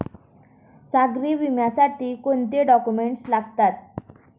सागरी विम्यासाठी कोणते डॉक्युमेंट्स लागतात?